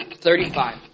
thirty-five